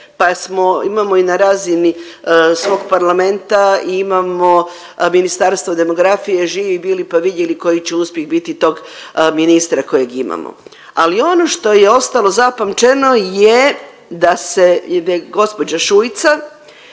smo imamo i na razini svog Parlamenta imamo Ministarstvo demografije, živi bili pa vidjeli koji će uspjeh biti tog ministra kojeg imamo. Ali ono što je ostalo zapamćeno je da se gospođa Šuica